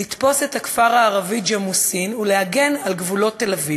לתפוס את הכפר הערבי ג'מאסין ולהגן על גבולות תל-אביב.